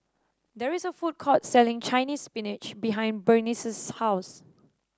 there is a food court selling Chinese Spinach behind Burnice's house